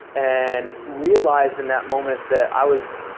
and realized in that moment that i was.